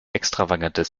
extravagantes